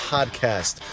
Podcast